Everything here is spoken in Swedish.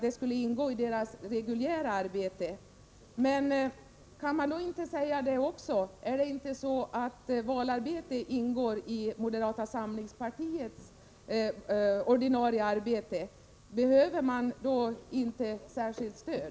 Det skulle ingå i deras reguljära arbete. Kan man då också säga att valarbete ingår i moderata samlingspartiets ordinarie arbete? Behöver man då inte något särskilt stöd?